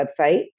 website